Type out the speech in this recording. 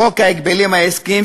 בחוק ההגבלים העסקיים,